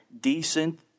decent